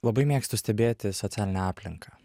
labai mėgstu stebėti socialinę aplinką